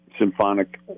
symphonic